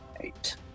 eight